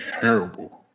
terrible